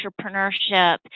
entrepreneurship